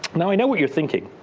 now i know what you're thinking.